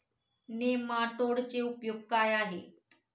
नेमाटोडचे उपयोग काय आहेत?